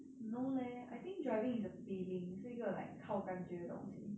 no leh I think driving is a feeling 是一个 like 靠感觉的东西